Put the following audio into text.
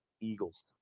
Eagles